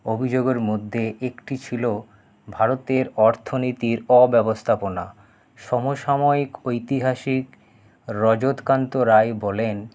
অভিযোগের মধ্যে একটি ছিল ভারতের অর্থনীতির অব্যবস্থাপনা সমসাময়িক ঐতিহাসিক রজতকান্ত রায় বলেন